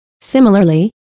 Similarly